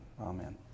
Amen